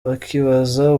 bakibaza